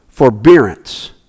Forbearance